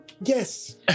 Yes